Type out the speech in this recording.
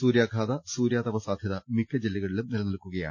സൂര്യാഘാത സൂര്യാതപ സാധ്യത മിക്ക ജില്ലകളിലും നിലനിൽക്കുകയാ